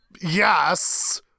Yes